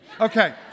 Okay